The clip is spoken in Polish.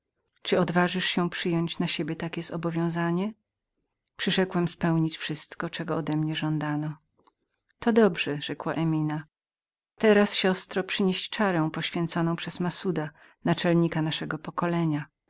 czy odważasz się przyjąć na siebie ten obowiązek przyrzekłem spełnić wszystko czego odemnie żądano to dobrze rzekła emina teraz siostro przynieś czarę poświęconą przez massuda głowę naszego pokolenia